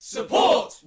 Support